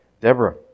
Deborah